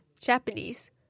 Japanese